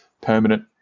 permanent